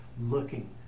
looking